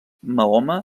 mahoma